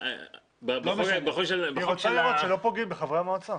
היא רוצה לראות שלא פוגעים בחברי המועצה.